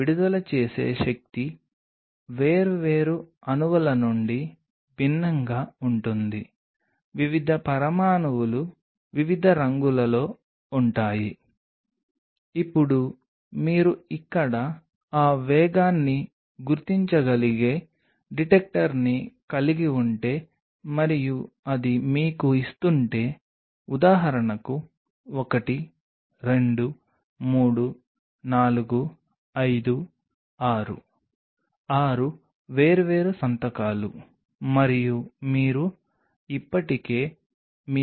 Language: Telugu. సహజ లేదా సింథటిక్ వైపు మనకు పాలీ డి లైసిన్ ఉంది ఇది మీకు ఉంది దీని గురించి నేను మీకు కొంత సాహిత్యం ఇస్తాను దీని గురించి మేము మాట్లాడుతాము ప్రాథమికంగా సిలేన్ డిటిఎస్ సిలేన్ ఇవి టెరామియన్ సమూహాలు ఇవి వాటిలో ఉండే టెరామియన్ సమూహాలు తరువాత వస్తాయి